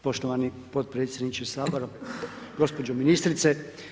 Poštovani potpredsjedniče Sabora, gospođo ministrice.